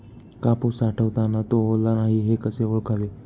कापूस साठवताना तो ओला नाही हे कसे ओळखावे?